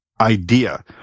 idea